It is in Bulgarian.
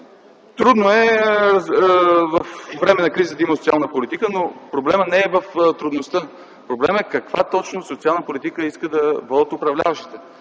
Трудно е във време на криза да има социална политика, но проблемът не е в трудността. Проблемът е каква точно социална политика искат да водят управляващите.